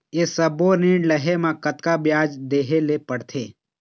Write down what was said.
ये सब्बो ऋण लहे मा कतका ब्याज देहें ले पड़ते?